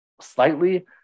Slightly